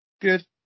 Good